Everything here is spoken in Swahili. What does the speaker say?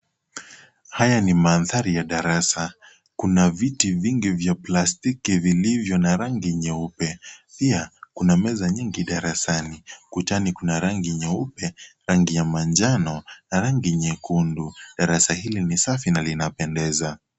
Haya ni mandhari ya darasa. Kuna viti vingi vya plastiki vilivyo na rangi nyeupe. Pia, kuna meza nyingi darasani. Kutani kuna rangi nyeupe, rangi ya manjano na rangi nyekundu. Darasa hili ni safi na linapendeza.